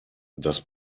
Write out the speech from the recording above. das